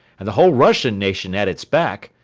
and the whole russian nation at its back.